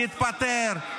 תתפטר,